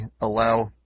allow